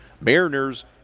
Mariners